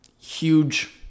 huge